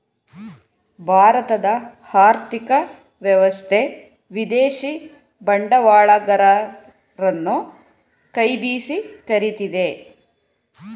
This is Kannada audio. ಭಾರತದ ಆರ್ಥಿಕ ವ್ಯವಸ್ಥೆ ವಿದೇಶಿ ಬಂಡವಾಳಗರರನ್ನು ಕೈ ಬೀಸಿ ಕರಿತಿದೆ